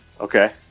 Okay